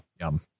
yum